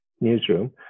newsroom